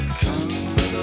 come